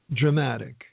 Dramatic